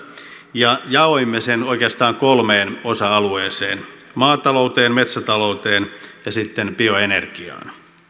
ja jaoimme sen oikeastaan kolmeen osa alueeseen maatalouteen metsätalouteen ja sitten bioenergiaan